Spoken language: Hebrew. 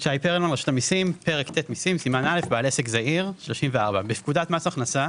תיקון פקודת מס הכנסה